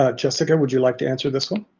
ah jessica, would you like to answer this one?